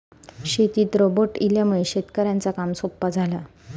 शेतीत रोबोट इल्यामुळे शेतकऱ्यांचा काम सोप्या झाला